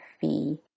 fee